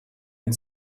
and